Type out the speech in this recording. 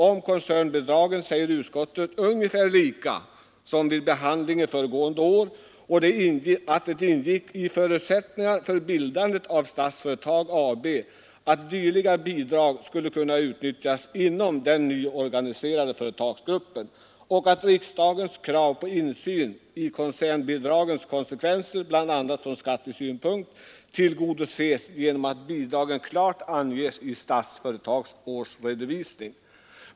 Om koncernbidrag säger utskottet ungefär detsamma som vid behandlingen föregående år. Utskottet erinrar om att det i förutsättningarna för bildandet av Statsföretag AB ingick att koncernbidragsinstitutet skulle kunna utnyttjas inom den nyorganiserade företagsgruppen. Riksdagens krav på insyn i koncernbidragens konsekvenser från bl.a. skattesynpunkt tillgodoses genom att bidragen klart anges i Statsföretags årsredovisning.